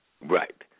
Right